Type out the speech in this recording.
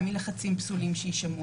גם מלחצים פסולים שיישמעו.